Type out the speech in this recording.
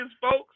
folks